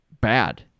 bad